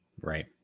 Right